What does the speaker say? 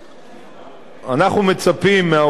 אנחנו מצפים מהאופוזיציה,